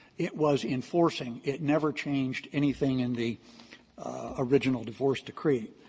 it was enforcing. it never changed anything in the original divorce decree.